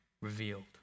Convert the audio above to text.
revealed